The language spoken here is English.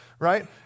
Right